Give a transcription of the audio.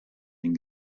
den